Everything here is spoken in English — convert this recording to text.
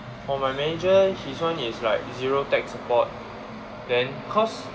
for my manager his one is like zero tech support then cause